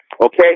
Okay